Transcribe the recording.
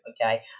okay